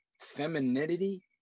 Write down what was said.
femininity